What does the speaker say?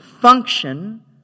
function